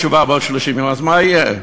התשובה, בעוד 30 יום, אז מה יהיה?